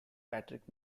patrick